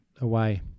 away